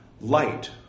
Light